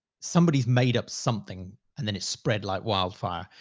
somebody made up something and then it spread like wildfire,